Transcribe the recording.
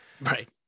right